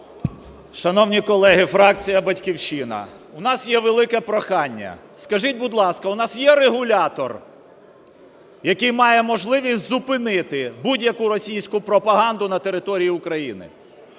Шановні колеги! Фракція "Батьківщина". У нас є велике прохання, скажіть, будь ласка, у нас є регулятор, який має можливість зупинити будь-яку російську пропаганду на території України?